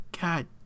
God